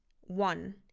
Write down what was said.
one